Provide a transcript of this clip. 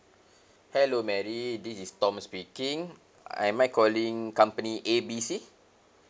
hello mary this is tom speaking am I calling company A B C